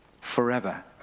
forever